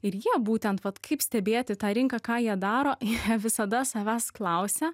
ir jie būtent vat kaip stebėti tą rinką ką jie daro jie visada savęs klausia